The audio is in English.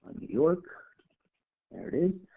new york there it is.